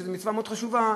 שזו מצווה מאוד חשובה,